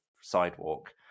sidewalk